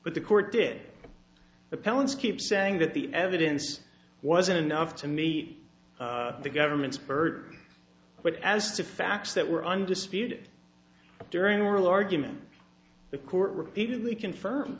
but the court did appellants keep saying that the evidence wasn't enough to meet the government's bird but as to facts that were undisputed during oral argument the court repeatedly confirm